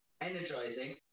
energizing